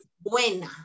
Buena